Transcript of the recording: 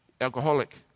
alcoholic